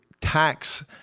tax